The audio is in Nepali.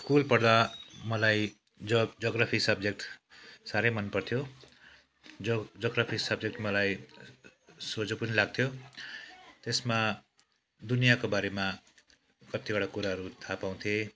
स्कुल पढ्दा मलाई ज्योग ज्योग्राफी सब्जेक्ट साह्रै मनपर्थ्यो जोग ज्योग्राफी सब्जेक्ट मलाई सोझो पनि लाग्थ्यो त्यसमा दुनियाँको बारेमा कत्तिवटा कुराहरू थाहा पाउँथेँ